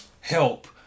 help